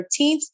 13th